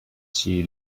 she